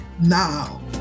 now